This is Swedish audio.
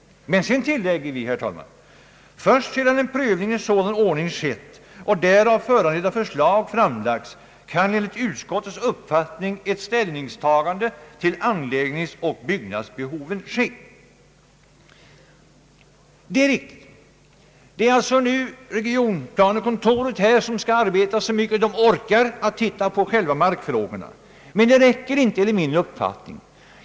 Men sedan tillägger vi, herr talman: »Först sedan en prövning i sådan ordning skett och därav föranledda förslag framlagts kan enligt utskottets uppfattning ett ställningstagande till anläggningsoch byggnadsbehoven ske.» Det är riktigt. Det är alltså nu regionplanekontoret här som skall arbeta så mycket det orkar och titta på själva markfrågorna. Men enligt min uppfattning räcker det inte.